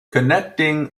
connecting